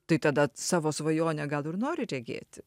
tai tada savo svajonę gal ir nori regėti